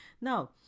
now